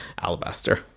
Alabaster